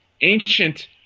ancient